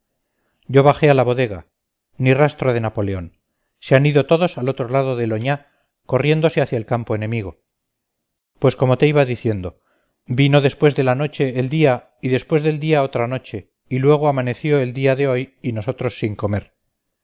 yo bajé a la bodega ni rastro de napoleón se han ido todos al otro lado del oñá corriéndose hacia el campo enemigo pues como te iba diciendo vino después de la noche el día y después del día otra noche y luego amaneció el día de hoy y nosotros sin comer